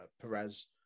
Perez